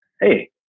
Hey